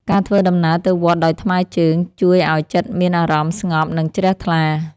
ការធ្វើដំណើរទៅវត្តដោយថ្មើរជើង ជួយឱ្យចិត្តមានអារម្មណ៍ស្ងប់ និងជ្រះថ្លា។